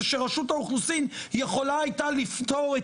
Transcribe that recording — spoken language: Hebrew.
זה שרשות האוכלוסין יכולה הייתה לפתור את